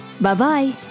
Bye-bye